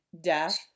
death